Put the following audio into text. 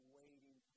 waiting